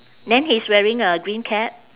then he's wearing a green cap